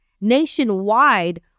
nationwide